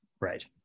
right